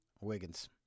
Wiggins